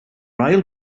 ail